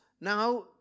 now